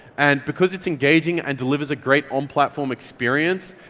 and because it's engaging and delivers a great on platform experience,